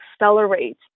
accelerate